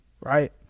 right